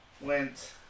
went